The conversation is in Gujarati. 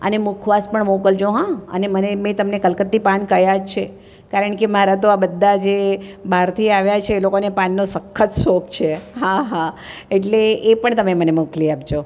અને મુખવાસ પણ મોકલજો હા અને મે તમને કલકત્તી પાન કહ્યા છે કારણ કે મારા તો આ બધા જે બહારથી આવ્યા છે એ લોકોને પાનનો સખત શોખ છે હા હા એટલે એ પણ તમે મને મોકલી આપજો